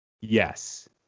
Yes